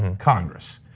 and congress,